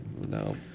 No